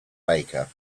baker